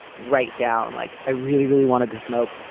write down like i really, really wanted to smoke.